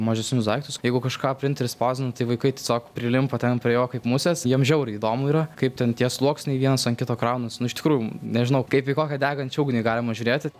mažesnius daiktus jeigu kažką printeris spausdina tai vaikai tiesiog prilimpa ten prie jo kaip musės jiem žiauriai įdomu yra kaip ten tie sluoksniai vienas ant kito kraunasi nu iš tikrųjų nežinau kaip į kokią degančią ugnį galima žiūrėti